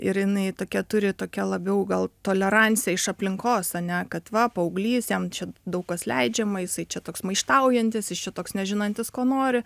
ir jinai tokia turi tokią labiau gal toleranciją iš aplinkos ane kad va paauglys jam čia daug kas leidžiama jisai čia toks maištaujantis jis čia toks nežinantis ko nori